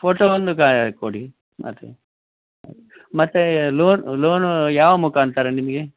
photo ಒಂದು ಕ ಕೊಡಿ ಮತ್ತು ಮತ್ತು ಲೋನ್ ಲೋನು ಯಾವ ಮುಖಾಂತರ ನಿಮಗೆ